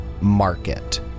Market